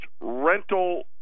rental